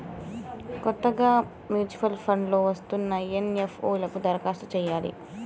కొత్తగా mutual funds లో వస్తున్న ఎన్.ఎఫ్.ఓ లకు దరఖాస్తు చెయ్యాలి